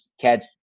catch